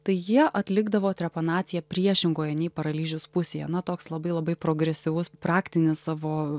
tai jie atlikdavo trepanaciją priešingoje nei paralyžius pusėje na toks labai labai progresyvus praktinis savo